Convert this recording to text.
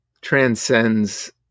transcends